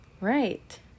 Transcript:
Right